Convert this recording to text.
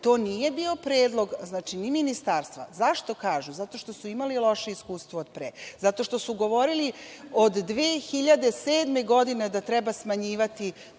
nije bio predlog ni ministarstva. Zašto kažu? Zato što su imali lođe iskustvo od pre. Zato što su govorili od 2007. godine da treba smanjivati